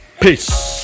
peace